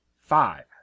Five